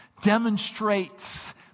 Demonstrates